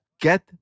Get